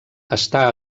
està